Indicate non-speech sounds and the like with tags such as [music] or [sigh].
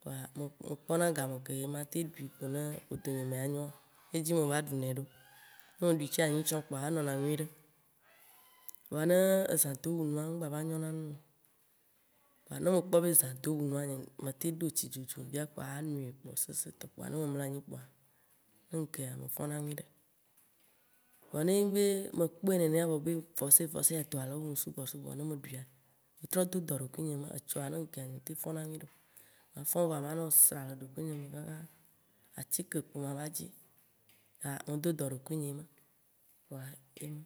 Kpoa me kpɔ na ga me ke ne me ɖui ƒodo [noise] nye me anyoa, ye dzi me va ɖu nɛ ɖo. [noise] Ne me gbe ɖui ce anyi tsɔ kpoa enɔ na nyuiɖe. Vɔa ne zã do wu nua egba va nyona nu ŋu o. Kpoa ne mekpɔ be zã do wu nua ma tem ɖo tsidzodzo fia kpoa anui gbɔsɔsɔɛtɔ, kpoa ne me mlɔanyi kpoa ne ŋe ke me fɔ̃ na nyuiɖe. Voa ne nyi be mekpɔe nenea ye me be forcé forcé adɔa le wum sugbɔ sugbɔ ne me ɖuia, metrɔ do dɔ ɖokui nye, tsɔa ne nukea nye ŋtem tɔna nyui ɖe o. Ma fɔ̃ voa ma nɔ sra le ɖokuinye me kaka, atike kpo mava dzi. Ah me do dɔ ɖokuinye yema kpoa e nyo.